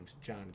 John